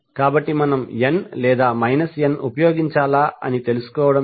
కాబట్టి మనం n లేదా n ఉపయోగించాలా అని తెలుసుకోవడం ఎలా